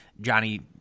Johnny